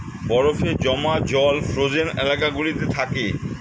বরফে জমা জল ফ্রোজেন এলাকা গুলোতে থাকে